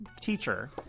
teacher